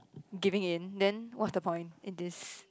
giving in then what's the point in this